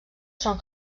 són